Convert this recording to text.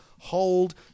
hold